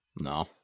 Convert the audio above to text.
no